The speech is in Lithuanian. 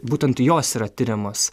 būtent jos yra tiriamos